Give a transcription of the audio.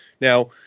Now